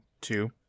two